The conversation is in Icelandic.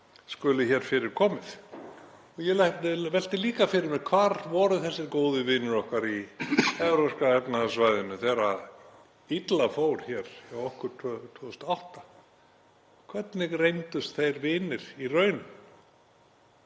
skuli fyrir komið. Ég velti líka fyrir mér: Hvar voru þessir góðu vinir okkar í Evrópska efnahagssvæðinu þegar illa fór hjá okkur 2008? Hvernig reyndust þeir vinir í raun?